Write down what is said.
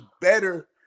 better